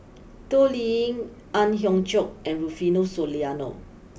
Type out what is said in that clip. Toh Liying Ang Hiong Chiok and Rufino Soliano